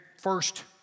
first